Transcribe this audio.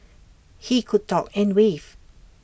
he could talk and wave